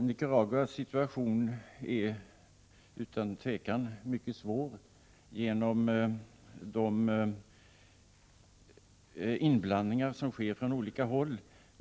Herr talman! Situationen i Nicaragua är utan tvivel mycket svår, genom de inblandningar som sker från olika håll.